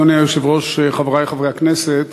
אדוני היושב-ראש, חברי חברי הכנסת,